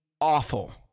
awful